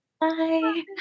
Bye